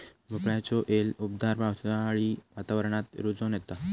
भोपळ्याचो येल उबदार पावसाळी वातावरणात रुजोन येता